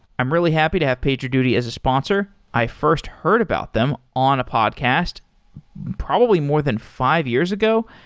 i'm really happy to have pager duty as a sponsor. i first heard about them on a podcast probably more than five years ago.